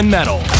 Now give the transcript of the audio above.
Metal